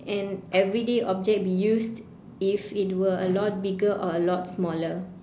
an everyday object be used if it were a lot bigger or a lot smaller